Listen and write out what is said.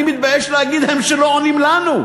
אני מתבייש להגיד להם שלא עונים לנו.